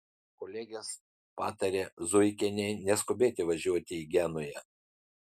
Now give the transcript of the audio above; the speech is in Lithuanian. kolegės patarė zuikienei neskubėti važiuoti į genują